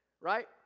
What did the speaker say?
Right